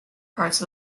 parts